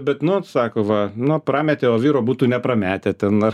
bet nu sako va nu prametė o vyro būtų neprametę ten ar